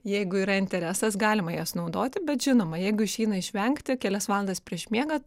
jeigu yra interesas galima jas naudoti bet žinoma jeigu išeina išvengti kelias valandas prieš miegą